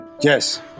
Yes